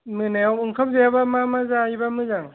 मोनायाव ओंखाम जायाबा मा मा जायोबा मोजां